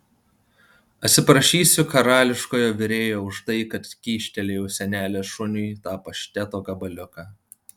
atsiprašysiu karališkojo virėjo už tai kad kyštelėjau senelės šuniui tą pašteto gabaliuką